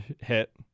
hit